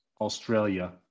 Australia